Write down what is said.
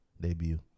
debut